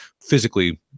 physically